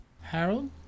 Harold